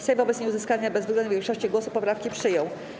Sejm wobec nieuzyskania bezwzględnej większości głosów poprawki przyjął.